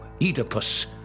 Oedipus